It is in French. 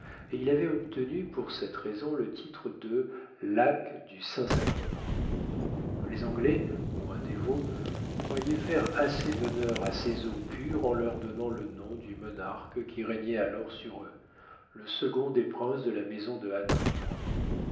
et il avait obtenu pour cette raison le titre de lac du saint-sacrement les anglais moins dévots croyaient faire assez d'honneur à ces eaux pures en leur donnant le nom du monarque qui régnait alors sur eux le second des princes de la maison de